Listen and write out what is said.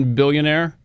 billionaire